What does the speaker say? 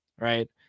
Right